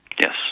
Yes